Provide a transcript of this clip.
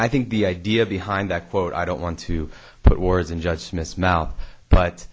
i think the idea behind that quote i don't want to put words in judge smith's mouth but